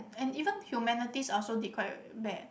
and even humanities I also did quite bad